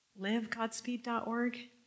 livegodspeed.org